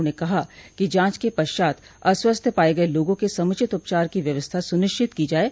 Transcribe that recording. उन्होंने कहा कि जांच के पश्चात अस्वस्थ पाये गये लोगों के समुचित उपचार की व्यवस्था सुनिश्चित की जाये